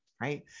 right